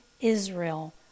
israel